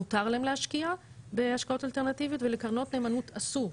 מותר להם להשקיע בהשקעות אלטרנטיביות ולקרנות נאמנות אסור,